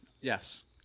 Yes